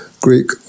Greek